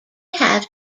have